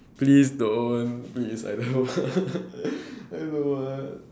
please don't please I never I don't want